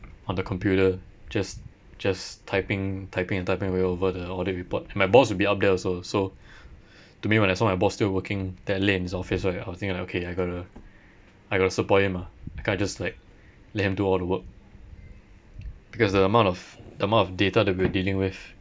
on the computer just just typing typing and typing away over the audit report and my boss will be up there also so to me when I saw my boss still working that late in his office right I'll think like okay I gotta I gotta support him ah I can't just like let him do all the work because the amount of the amount of data that we're dealing with